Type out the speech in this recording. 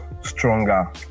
stronger